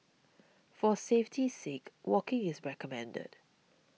for safety's sake walking is recommended